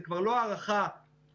זה כבר לא הערכה טרומית,